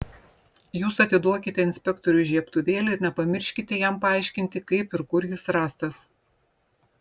jūs atiduokite inspektoriui žiebtuvėlį ir nepamirškite jam paaiškinti kaip ir kur jis rastas